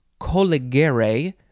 collegere